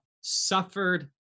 suffered